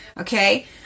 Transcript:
Okay